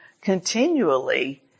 continually